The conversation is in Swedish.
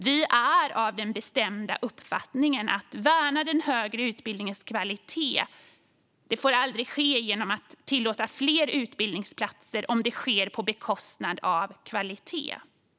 Vi är av den bestämda uppfattningen att vi ska värna den högre utbildningens kvalitet genom att aldrig tillåta fler utbildningsplatser om det sker på bekostnad av kvaliteten.